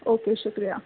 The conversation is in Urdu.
اوکے شکریہ